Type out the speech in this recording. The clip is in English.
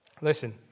Listen